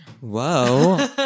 whoa